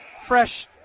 fresh